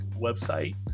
website